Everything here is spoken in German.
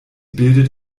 bildet